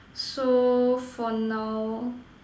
so for now